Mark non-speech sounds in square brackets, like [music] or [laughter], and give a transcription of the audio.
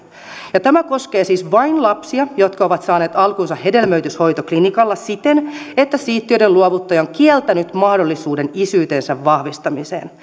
tämä koskee siis vain lapsia jotka ovat saaneet alkunsa hedelmöityshoitoklinikalla siten että siittiöiden luovuttaja on kieltänyt mahdollisuuden isyytensä vahvistamiseen [unintelligible]